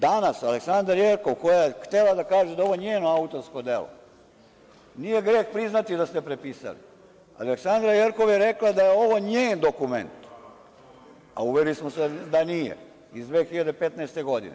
Danas, Aleksandra Jerkov, koja je htela da kaže da je ovo njeno autorsko delo, nije greh priznati da ste prepisali, Aleksandra Jerkov je rekla da je ovo njen dokument, a uverili smo se da nije iz 2015. godine.